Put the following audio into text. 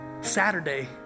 Saturday